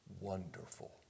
wonderful